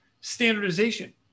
standardization